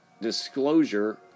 disclosure